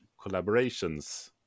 collaborations